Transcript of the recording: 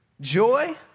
Joy